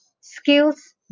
skills